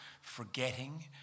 forgetting